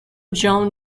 john